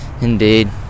Indeed